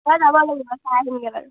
মই যাব লাগিব চাই আহিমগৈ বাৰু